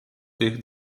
tych